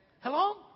Hello